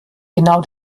genau